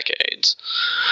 decades